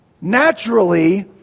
Naturally